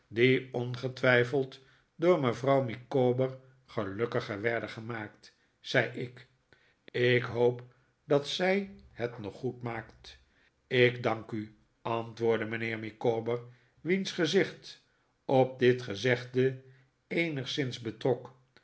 ongetwijfeld door mevrouw micawber gelukkig werden gemaakt zei ik ik hoop dat zij het nog goed maakt ik dank u antwoordde mijnheer micawber wiens gezicht op dit gezegde eenigszins betrok